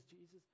Jesus